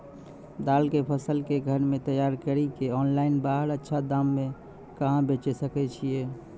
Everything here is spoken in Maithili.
दाल के फसल के घर मे तैयार कड़ी के ऑनलाइन बाहर अच्छा दाम मे कहाँ बेचे सकय छियै?